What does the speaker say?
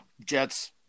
jets